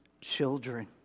children